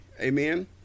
Amen